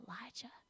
Elijah